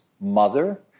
mother